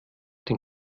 den